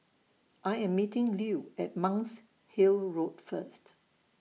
I Am meeting Lew At Monk's Hill Road First